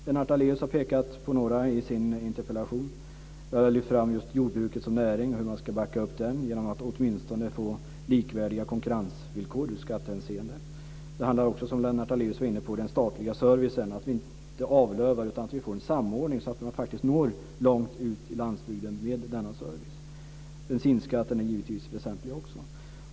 Lennart Daléus har pekat på några i sin interpellation. Jag har lyft fram jordbruket som näring och talat om hur man ska backa upp det genom att åtminstone få likvärdiga konkurrensvillkor ur skattehänseende. Det handlar också, som Lennart Daléus var inne på, om den statliga servicen, om att vi inte avlövar den utan om att vi får en samordning så att man faktiskt når långt ut på landsbygden med denna service. Bensinskatten är givetvis också väsentlig.